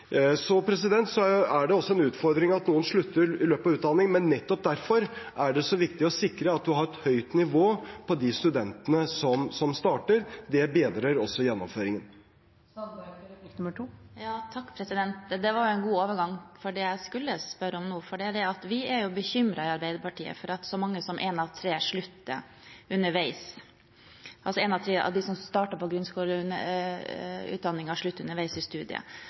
er også en utfordring at noen slutter i løpet av utdanningen, men nettopp derfor er det viktig å sikre at man har et høyt nivå på de studentene som starter, for det bedrer også gjennomføringen. Det var en god overgang til det jeg skulle spørre om nå. Vi i Arbeiderpartiet er nå bekymret over at så mange som én av tre av dem som starter på grunnskolelærerutdanningen, slutter underveis i studiet. På studiebarometerlanseringen i dag så vi nok en gang at grunnskolelærerstudentene jevnt over har mye å utsette på